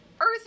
Earth